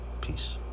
Peace